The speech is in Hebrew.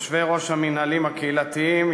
יושבי-ראש המינהלים הקהילתיים,